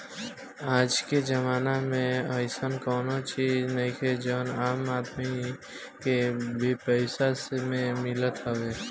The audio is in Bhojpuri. आजके जमाना में अइसन कवनो चीज नइखे जवन आम आदमी के बेपैसा में मिलत होखे